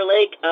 Lake